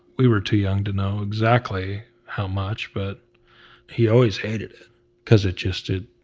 we were too young to know exactly how much but he always hated it cause it just did,